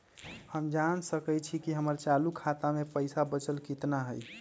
हम जान सकई छी कि हमर चालू खाता में पइसा बचल कितना हई